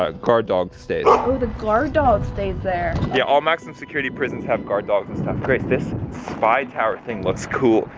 ah guard dog stays. oh the guard dog stays there. yeah all maximum security prisons have guard dogs. and grace, this spy tower thing looks cool.